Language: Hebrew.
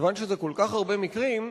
כיוון שיש כל כך הרבה מקרים,